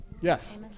Yes